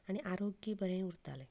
आनी आरोग्य बरें उरतालें